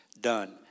done